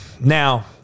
now